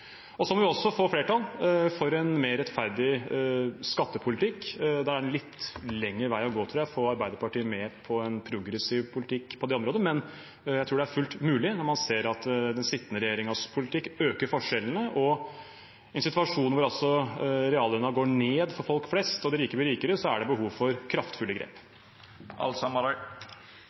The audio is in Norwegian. over. Så må vi også få flertall for en mer rettferdig skattepolitikk. Det er en litt lengre vei å gå – tror jeg – å få Arbeiderpartiet med på en progressiv politikk på det området, men jeg tror det er fullt mulig når man ser at den sittende regjeringens politikk øker forskjellene. Og i en situasjon hvor reallønnen går ned for folk flest og de rike blir rikere, er det behov for kraftfulle